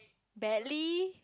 badly